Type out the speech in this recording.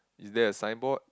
is there a signboard